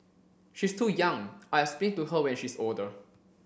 she's too young I'll explain to her when she's older